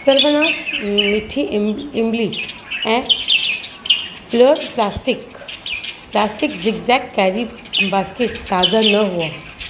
सर्वनास मीठी इंब इंबली ऐं floor plastic plastic zigzag carry basket ताज़ा न हुआ